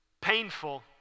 painful